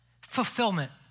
fulfillment